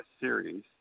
series